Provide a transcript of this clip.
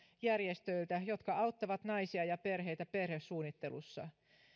järjestöiltä jotka auttavat naisia ja perheitä perhesuunnittelussa